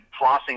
flossing